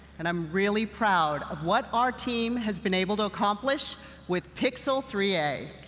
and i'm really proud of what our team has been able to accomplish with pixel three a.